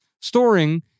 Storing